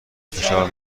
فشار